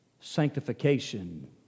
sanctification